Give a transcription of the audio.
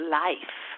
life